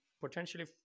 potentially